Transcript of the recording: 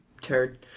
turd